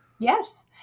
Yes